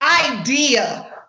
idea